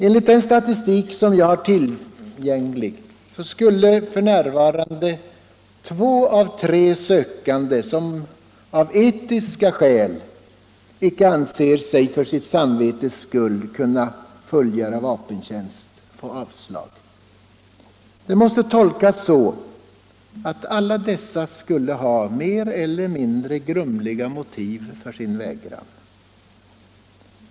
Enligt den statistik jag har tillgänglig skulle f.n. två av tre sökande som av etiska skäl anser sig för sitt samvetes skull icke kunna fullgöra vapentjänst få avslag på sin ansökan. Det måste tolkas så, att alla dessa skulle ha mer eller mindre grumliga motiv för sin vägran.